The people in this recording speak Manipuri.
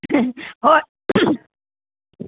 ꯍꯣꯏ